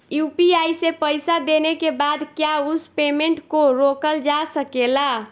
UPI से पईसा देने के बाद क्या उस पेमेंट को रोकल जा सकेला?